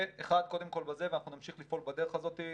זה קודם כל, ואנחנו נמשיך לפעול בדרך הזאת,